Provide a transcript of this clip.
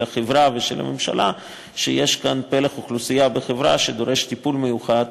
החברה ושל הממשלה שיש כאן בחברה פלח אוכלוסייה שדורש טיפול מיוחד,